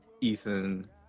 ethan